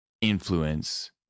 influence